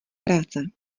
práce